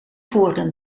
voerden